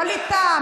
ווליד טאהא,